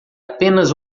apenas